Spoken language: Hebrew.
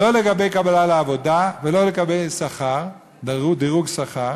לא לגבי קבלה לעבודה ולא לגבי דירוג שכר,